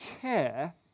care